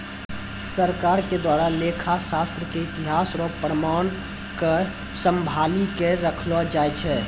सरकार के द्वारा लेखा शास्त्र के इतिहास रो प्रमाण क सम्भाली क रखलो जाय छै